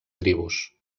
tribus